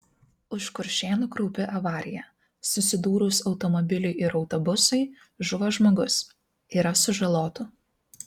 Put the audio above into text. už kuršėnų kraupi avarija susidūrus automobiliui ir autobusui žuvo žmogus yra sužalotų